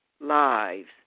lives